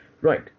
Right